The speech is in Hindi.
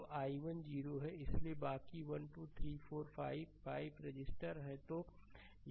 तो i1 0 है इसलिए बाकी 1 2 3 4और 5 है 5 रजिस्टर हैं